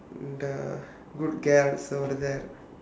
the good gals over there